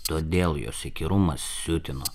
todėl jos įkyrumas siutino